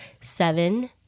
seven